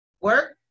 Work